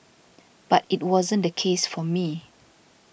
but it wasn't the case for me